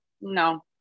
no